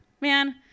man